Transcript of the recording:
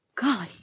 Golly